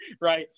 right